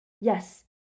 Yes